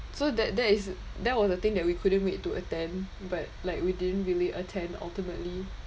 so that that is that was the thing that we couldn't wait to attempt but like we didn't really attend ultimately